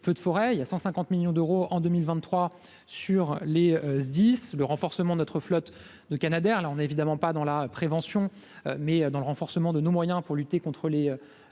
feux de forêt, il a 150 millions d'euros en 2023 sur les dix le renforcement de notre flotte de Canadair, là on a évidemment pas dans la prévention, mais dans le renforcement de nos moyens pour lutter contre les,